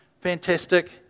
Fantastic